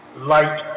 Light